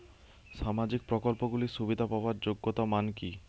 সামাজিক প্রকল্পগুলি সুবিধা পাওয়ার যোগ্যতা মান কি?